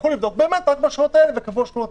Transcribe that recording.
הלכו לבדוק ואכן רק בשכונות האלה והאלה.